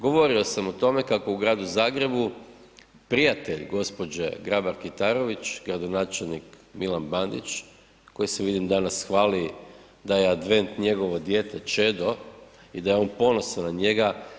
Govorio sam o tome kako u gradu Zagrebu prijatelj gđe. Grabar Kitarović, gradonačelnik Milan Bandić koji se vidim danas hvali da je advent njegovo dijete, čedo i da je on ponosan na njega.